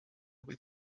võib